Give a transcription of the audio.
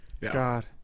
God